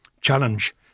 challenge